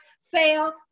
sale